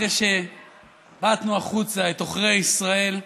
אחרי שבעטנו החוצה את עוכרי ישראל,